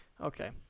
Okay